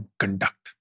conduct